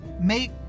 make